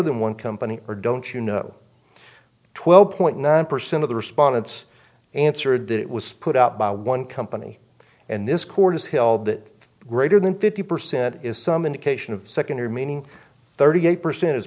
than one company or don't you know twelve point nine percent of the respondents answered that it was put up by one company and this court has held that greater than fifty percent is some indication of secondary meaning thirty eight percent is